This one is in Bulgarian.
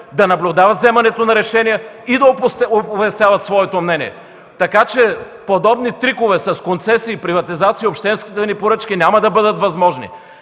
да наблюдават вземането на решения и да оповестяват своето мнение така, че подобни трикове с концесии, приватизации и обществени поръчки да не бъдат възможни.